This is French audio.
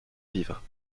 vivre